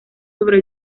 sobre